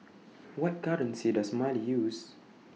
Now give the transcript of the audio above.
What currency Does Mali use